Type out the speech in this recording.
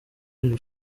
iri